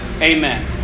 Amen